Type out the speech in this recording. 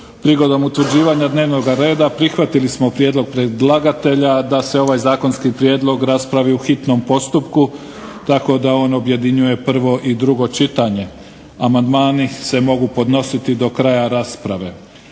Prigodom utvrđivanja dnevnoga reda prihvatili smo prijedlog predlagatelja da se ovaj zakonski prijedlog raspravi u hitnom postupku tako da on objedinjuje prvo i drugo čitanje. Amandmani se mogu podnositi do kraja rasprave.